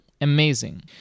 Amazing